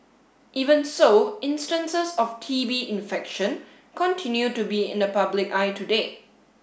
even so instances of T B infection continue to be in the public eye today